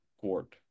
court